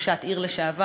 כראשת עיר לשעבר,